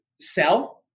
sell